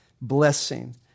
blessing